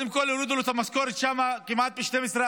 קודם כול, הורידו לו את המשכורת שם כמעט ב-12%: